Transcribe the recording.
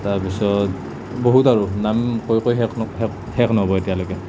তাৰ পিছত বহুত আৰু নাম কৈ কৈ শেক শেষ শেষ ন'হব এতিয়ালৈকে